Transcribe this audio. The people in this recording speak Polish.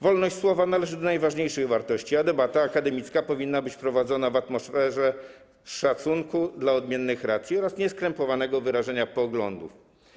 Wolność słowa należy do najważniejszych wartości, a debata akademicka powinna być prowadzona w atmosferze szacunku dla odmiennych racji oraz nieskrępowanego wyrażenia poglądów.